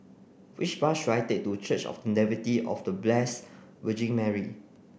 which bus should I take to Church of The Nativity of The Blessed Virgin Mary